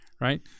right